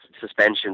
suspension